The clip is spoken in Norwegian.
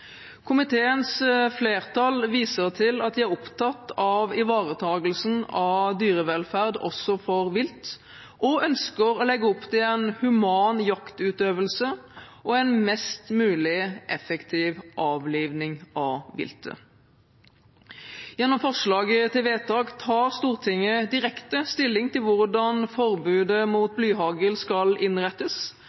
Komiteens flertall viser til at de er opptatt av ivaretakelsen av dyrevelferd også for vilt, og ønsker å legge opp til en human jaktutøvelse og en mest mulig effektiv avlivning av viltet. Gjennom forslaget til vedtak tar Stortinget direkte stilling til hvordan forbudet mot blyhagl skal innrettes.